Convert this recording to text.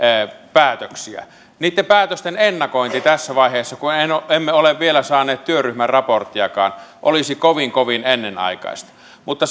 päätöksiä niitten päätösten ennakointi tässä vaiheessa kun emme ole vielä saaneet työryhmän raporttiakaan olisi kovin kovin ennenaikaista mutta